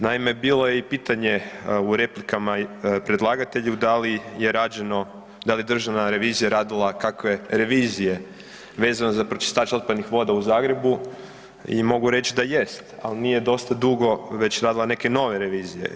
Naime, bilo je i pitanje u prilikama predlagatelju da li je Državna revizija radila kakve revizije vezano za pročistač otpadnih voda u Zagrebu i mogu reći da jest, ali nije dosta dugo već radila neke nove revizije.